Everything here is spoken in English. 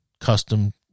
custom